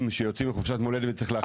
שיוצאים לחופשת מולדת וצריך להחליף אותם.